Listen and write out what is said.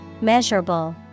Measurable